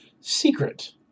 secret